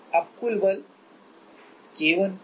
अब कुल बल K1 K2 x